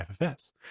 FFS